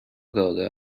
داده